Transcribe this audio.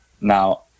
now